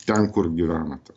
ten kur gyvenate